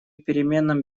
переменном